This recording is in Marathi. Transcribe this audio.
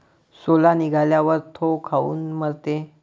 सोला निघाल्यावर थो काऊन मरते?